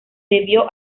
debió